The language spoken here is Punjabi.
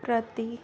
ਪ੍ਰਤੀ